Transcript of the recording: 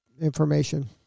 information